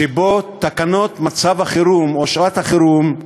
שבו תקנות מצב החירום, או שעת החירום,